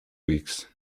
weeks